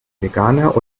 veganer